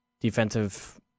defensive